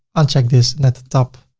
uncheck this and at the top,